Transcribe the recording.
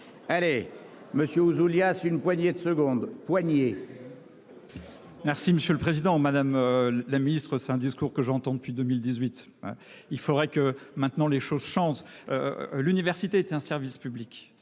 Allez monsieur Ouzoulias s'une poignée de secondes poignée. Merci, monsieur le Président Madame. La Ministre c'est un discours que j'entends depuis 2018. Il faudrait que maintenant les choses changent. L'université était un service public